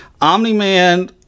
Omni-Man